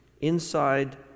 inside